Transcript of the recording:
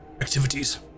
activities